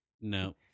no